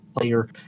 Player